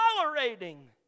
tolerating